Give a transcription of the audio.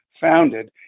Founded